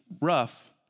rough